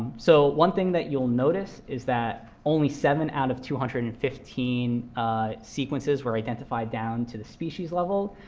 so one thing that you'll notice is that only seven out of two hundred and fifteen sequences were identified down to the species level.